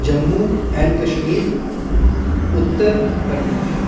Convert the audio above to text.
Jammu and Kashmir Uttar Pradesh